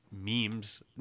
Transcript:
memes